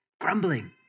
Grumbling